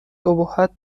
ابهت